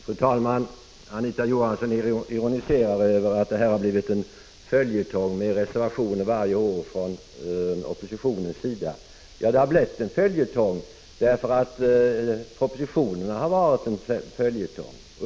Fru talman! Anita Johansson ironiserade över att det här har blivit en följetong med reservationer varje år från oppositionens sida. Ja, det har blivit en följetong, därför att propositionerna har varit en följetong.